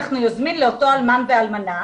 אנחנו יוזמים לאותו אלמן ואלמנה,